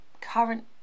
current